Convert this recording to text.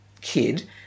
kid